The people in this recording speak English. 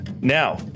Now